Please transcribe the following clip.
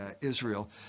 Israel